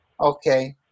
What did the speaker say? Okay